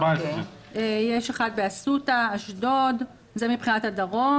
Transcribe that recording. יש אחד באסותא, אשדוד, זה מבחינת הדרום.